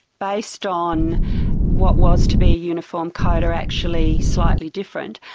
based on what was to be uniform code, are actually slightly different.